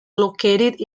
located